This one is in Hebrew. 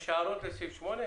יש הערות לסעיף 8?